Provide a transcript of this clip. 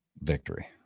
Victory